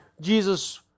Jesus